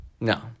No